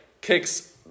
kicks